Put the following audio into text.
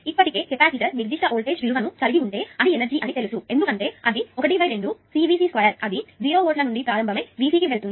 ఇప్పటికే కెపాసిటర్ నిర్దిష్ట వోల్టేజ్ విలువను కలిగి ఉంటే అది ఎనర్జీ అని తెలుసు ఎందుకంటే అది 12CVc2 అది 0 వోల్ట్ల నుండి ప్రారంభమయ్యి Vc కి వెళ్తుంది